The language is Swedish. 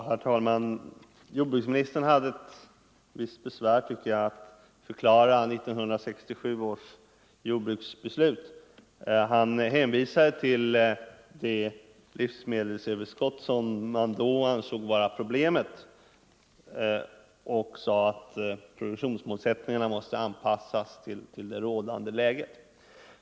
Herr talman! Jordbruksministern hade ett visst besvär med att förklara 1967 års jordbruksbeslut. Han hänvisade till det livsmedelsöverskott som man då ansåg vara problemet och framhöll att produktionsmålsättningarna måste anpassas till det rådande läget.